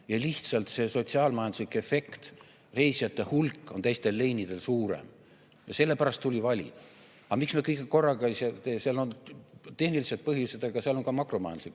Lihtsalt see sotsiaal-majanduslik efekt, reisijate hulk on teistel liinidel suurem. Sellepärast tuli valida. Aga miks me kõike korraga ei tee? Seal on tehnilised põhjused, aga seal on ka makromajanduslik